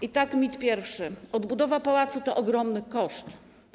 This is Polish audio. I tak mit pierwszy: odbudowa pałacu to ogromny koszt.